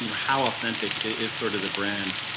you know how authentic is sort of the brand?